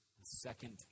second